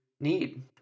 need